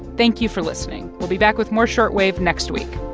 thank you for listening. we'll be back with more short wave next week